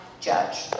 judge